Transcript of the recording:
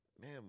man